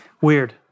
Weird